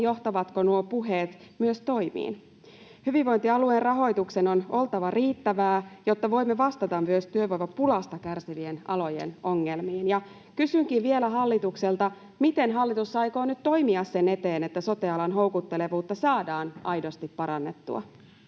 johtavatko nuo puheet myös toimiin. Hyvinvointialueen rahoituksen on oltava riittävää, jotta voimme vastata myös työvoimapulasta kärsivien alojen ongelmiin. Ja kysynkin vielä hallitukselta: miten hallitus aikoo nyt toimia sen eteen, että sote-alan houkuttelevuutta saadaan aidosti parannettua?